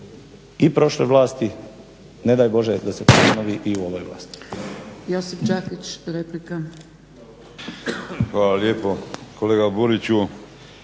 i prošle vlasti, ne daj Bože da se ponovi i u ovoj vlasti.